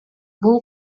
бул